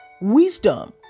wisdom